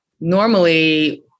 normally